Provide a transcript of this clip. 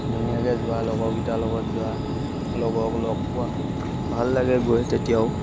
ধুনীয়াকৈ যোৱা লগৰকেইটাৰ লগত যোৱা লগৰক লগ পোৱা ভাল লাগে গৈ তেতিয়াও